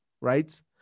Right